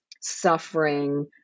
suffering